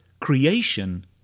creation